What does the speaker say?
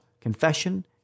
Confession